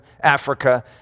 Africa